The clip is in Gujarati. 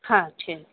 હા છે